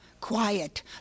quiet